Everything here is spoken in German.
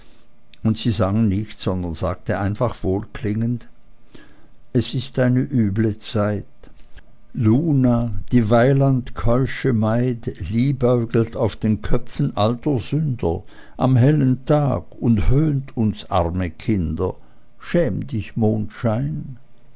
und sie sang nicht sondern sagte einfach wohlklingend es ist eine üble zeit luna die weiland keusche maid liebäugelt auf den köpfen alter sünder am hellen tag und höhnt uns arme kinder schäm dich mondschein